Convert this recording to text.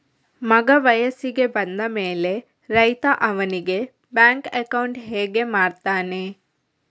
ಮಗ ವಯಸ್ಸಿಗೆ ಬಂದ ಮೇಲೆ ರೈತ ಅವನಿಗೆ ಬ್ಯಾಂಕ್ ಅಕೌಂಟ್ ಹೇಗೆ ಮಾಡ್ತಾನೆ?